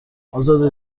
ازاده